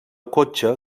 cotxe